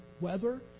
weather